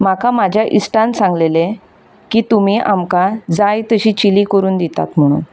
म्हाका म्हज्या इश्टान सांगलेलें की तुमी आमकां जाय तशी चिली करून दितात म्हणून